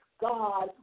God